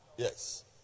Yes